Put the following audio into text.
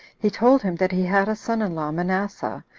he told him that he had a son-in-law, manasseh,